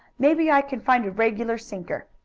maybe i can find a regular sinker.